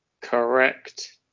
Correct